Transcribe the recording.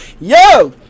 yo